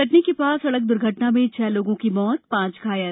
कटनी के पास सड़क दुर्घटना में छह लोगों की मृत्यु पांच घायल